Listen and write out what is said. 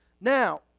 Now